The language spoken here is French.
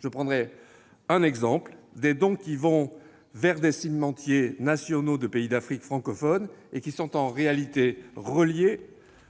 Je prendrai un exemple : les dons qui bénéficient à des cimentiers nationaux de pays d'Afrique francophone, cimentiers qui sont en réalité reliés